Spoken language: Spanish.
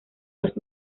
los